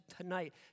tonight